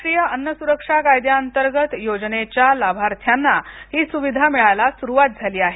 राष्ट्रीय अन्न सुरक्षा कायद्याअंतर्गत योजनेच्या लाभार्थ्याना ही सुविधा मिळायला सुरुवात झाली आहे